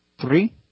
Three